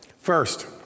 First